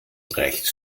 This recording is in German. rechts